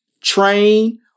train